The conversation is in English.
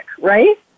right